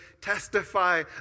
testify